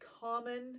common